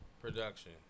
production